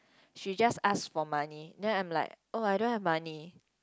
she just ask for money then I'm like oh I don't have money